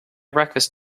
breakfast